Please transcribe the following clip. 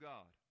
God